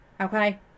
Okay